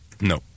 No